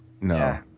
No